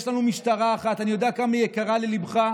יש לנו משטרה אחת, ואני יודע כמה היא יקרה לליבך.